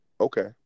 Okay